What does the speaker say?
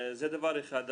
זה דבר אחד.